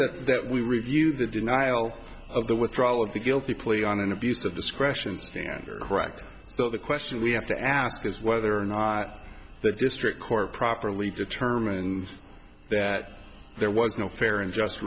that that we review the denial of the withdrawal of the guilty plea on an abuse of discretion standard correct so the question we have to ask is whether or not the district court properly determined that there was no fair and just